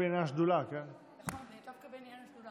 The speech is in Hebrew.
בבקשה, שלוש דקות